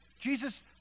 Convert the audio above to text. Jesus